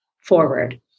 forward